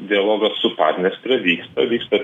dialogas su padniestre vyksta vyksta